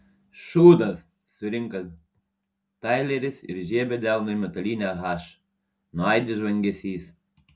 šūdas surinka taileris ir žiebia delnu į metalinę h nuaidi žvangesys